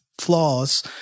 flaws